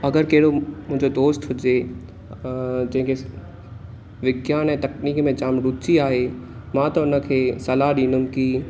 अगरि कहिड़ो मुंहिंजो दोस्त हुजे जेके विज्ञान ऐं तकनीकी में जाम रूची आहे मां त हुनखे सलाह ॾिंदुमि कि